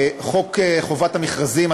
חוק חובת המכרזים,